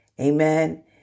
Amen